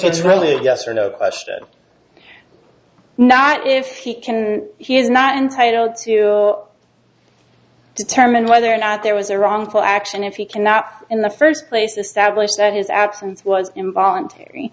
it's really a yes or no question not if he can and he is not entitled to determine whether or not there was a wrongful action if he cannot in the first place establish that his absence was involuntary